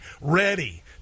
ready